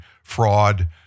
fraud